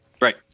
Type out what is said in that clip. Right